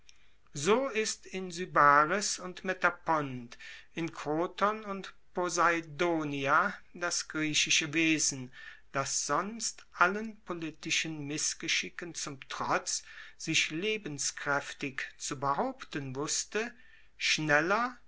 so ist in sybaris und metapont in kroton und poseidonia das griechische wesen das sonst allen politischen missgeschicken zum trotz sich lebenskraeftig zu behaupten wusste schneller